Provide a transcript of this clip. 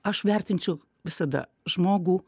aš vertinčiau visada žmogų